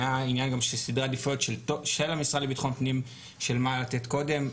היה עניין גם של סדרי עדיפויות של המשרד לביטחון פנים של מה לתת קודם.